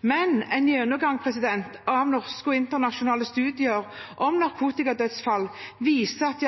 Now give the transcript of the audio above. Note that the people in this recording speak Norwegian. Men en gjennomgang av norske og internasjonale studier om narkotikadødsfall viser at